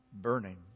burning